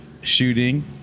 shooting